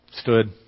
stood